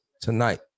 tonight